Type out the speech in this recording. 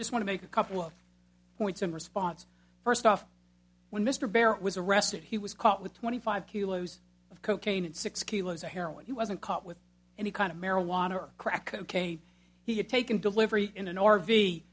i just want to make a couple of points in response first off when mr barrett was arrested he was caught with twenty five kilos of cocaine and six kilos of heroin he wasn't caught with any kind of marijuana or crack cocaine he had taken delivery in an r